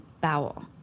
bowel